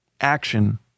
Action